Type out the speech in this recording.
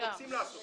רוצים לעשות את זה.